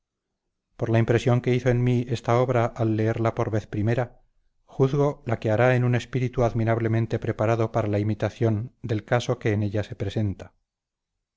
por la impresión que hizo en mí esta obra al leerla por vez primera juzgo la que hará en un espíritu admirablemente preparado para la imitación del caso que en ella se presenta